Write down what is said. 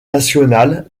nationale